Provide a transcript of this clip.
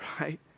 Right